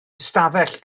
ystafell